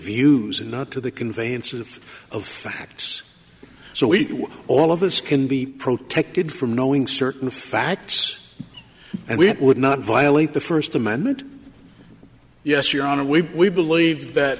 views and not to the conveyance of of facts so we all of us can be protected from knowing certain facts and it would not violate the first amendment yes your honor we we believe that